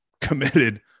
committed